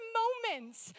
moments